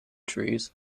trees